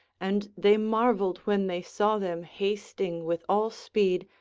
and they marvelled when they saw them hasting with all speed,